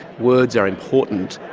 words are important.